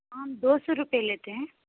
हम दो सौ रुपये लेते हैं